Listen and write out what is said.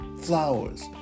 flowers